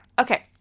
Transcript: Okay